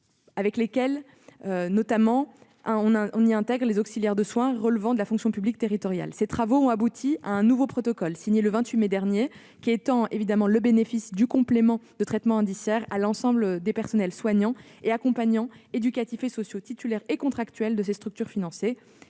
sont intégrés, notamment, les auxiliaires de soins relevant de la fonction publique territoriale. Ces travaux ont abouti à un nouveau protocole signé le 28 mai dernier, qui étend le bénéfice du complément de traitement indiciaire à l'ensemble des personnels soignants et accompagnants éducatifs et sociaux, titulaires et contractuels de ces structures financées.